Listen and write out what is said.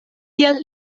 tiel